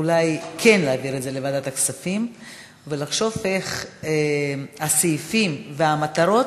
אולי כן להעביר את זה לוועדת הכספים ולחשוב איך הסעיפים והמטרות,